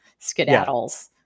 skedaddles